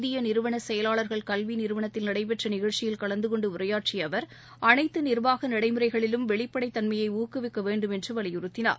இந்திய நிறுவன செயலாளர்கள் கல்வி நிறுவனத்தில் நடைபெற்ற நிகழ்ச்சியில் கலந்து கொண்டு உரையாற்றிய அவர் அனைத்து நிர்வாக நடைமுறைகளிலும் வெளிப்படைத் தன்மயை ஊக்குவிக்க வேண்டும் என்று வலியுறுத்தினார்